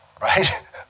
Right